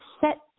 Set